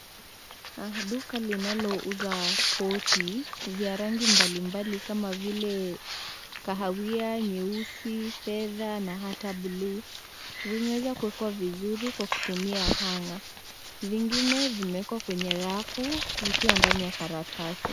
Duka linalouza koti vya rangi mbalimbali kama vile kahawia, nyeusi, fedha na hata bluu. Vimeweza kuwekwa vizuri kwa kutumia hanger .Vingine vimewekwa kwenye rafu vikiwa ndani ya karatasi.